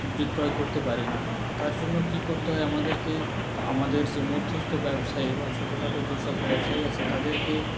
বিক্রয় করতে পারি না তার জন্য কি করতে হয় আমাদেরকে আমাদের যে মধ্যস্থ ব্যবসায়ী বা ছোটখাটো যেসব ব্যাবসায়ী আছে তাদেরকে